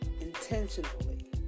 intentionally